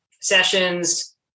sessions